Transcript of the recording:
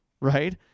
Right